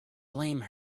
blame